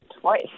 Twice